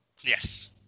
yes